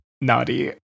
Naughty